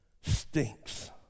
stinks